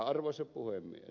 arvoisa puhemies